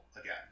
Again